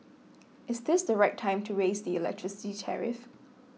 is this the right time to raise the electricity tariff